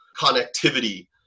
connectivity